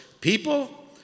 people